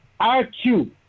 IQ